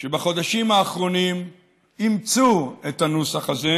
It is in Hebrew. שבחודשים האחרונים אימצו את הנוסח הזה